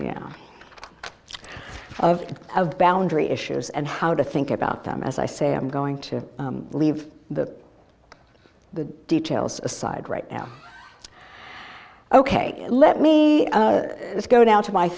meow of of boundary issues and how to think about them as i say i'm going to leave the the details aside right now ok let me go now to my